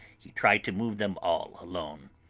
he try to move them all alone.